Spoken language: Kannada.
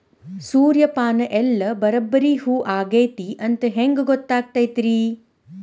ಸೂರ್ಯಪಾನ ಎಲ್ಲ ಬರಬ್ಬರಿ ಹೂ ಆಗೈತಿ ಅಂತ ಹೆಂಗ್ ಗೊತ್ತಾಗತೈತ್ರಿ?